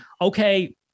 Okay